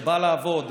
שבאה לעבוד,